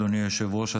אדוני היושב-ראש.